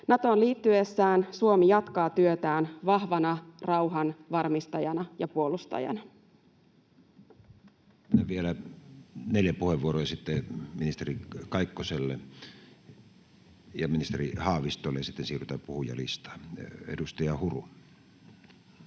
Natoon liittyessään Suomi jatkaa työtään vahvana rauhan varmistajana ja puolustajana. Myönnän vielä neljä puheenvuoroa ja sitten puheenvuorot ministeri Kaikkoselle ja ministeri Haavistolle, ja sitten siirrytään puhujalistaan. — Edustaja Huru.